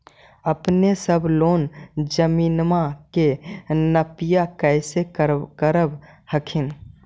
अपने सब लोग जमीनमा के नपीया कैसे करब हखिन?